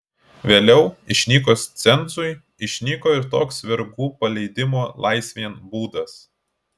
vėliau išnykus cenzui išnyko ir toks vergų paleidimo laisvėn būdas